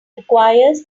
requires